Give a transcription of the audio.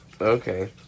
Okay